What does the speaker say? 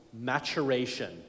maturation